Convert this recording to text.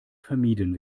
vermieden